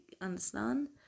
understand